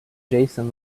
jason